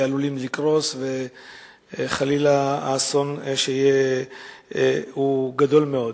עלולים לקרוס והאסון יהיה גדול מאוד.